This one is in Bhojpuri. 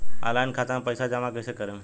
ऑनलाइन खाता मे पईसा जमा कइसे करेम?